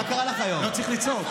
וזה עצוב.